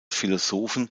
philosophen